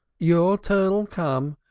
your turn'll come,